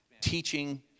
teaching